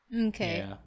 Okay